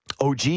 OG